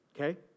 okay